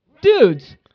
Dudes